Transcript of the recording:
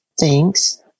thanks